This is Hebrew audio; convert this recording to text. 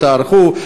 תיערכו,